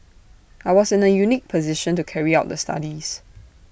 I was in A unique position to carry out the studies